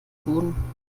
boden